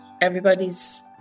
everybody's